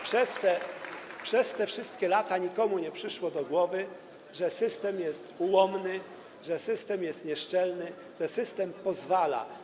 Przez te wszystkie lata nikomu nie przyszło do głowy, że system jest ułomny, że system jest nieszczelny, że system pozwala.